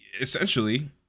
essentially